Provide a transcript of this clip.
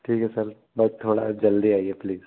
ठीक है सर बस थोड़ा जल्दी आइए प्लीज़